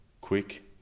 quick